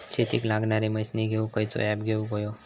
शेतीक लागणारे मशीनी घेवक खयचो ऍप घेवक होयो?